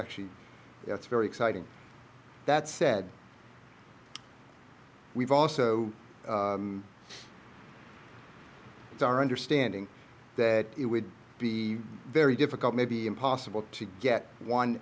actually it's very exciting that said we've also it's our understanding that it would be very difficult maybe impossible to get one